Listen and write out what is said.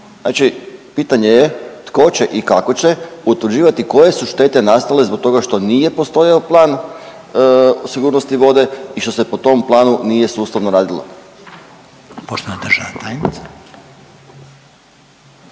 znači pitanje je tko će i kako će utvrđivati koje su štete nastale zbog toga što nije postojao plan o sigurnosti vode i što se po tom planu nije sustavno radilo? **Reiner, Željko